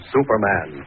Superman